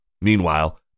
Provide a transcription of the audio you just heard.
Meanwhile